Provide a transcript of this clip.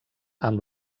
amb